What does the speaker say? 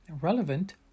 relevant